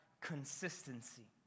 consistency